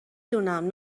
دونم